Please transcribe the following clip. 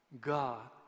God